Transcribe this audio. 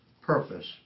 purpose